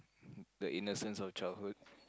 the innocence of childhood